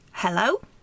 Hello